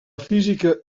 física